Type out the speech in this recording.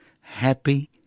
Happy